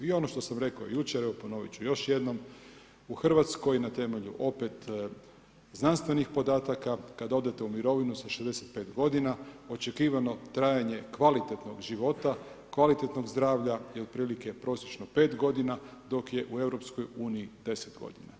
I ono što sam rekao jučer, evo ponovit ću još jednom, u Hrvatskoj na temelju opet znanstvenih podataka kada odete u mirovinu sa 65 godina očekivano trajanje kvalitetnog života, kvalitetnog zdravlja je otprilike prosječno 5 godina dok je u Europskoj uniji 10 godina.